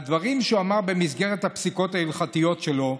על דברים שהוא אמר במסגרת הפסיקות ההלכתיות שלו,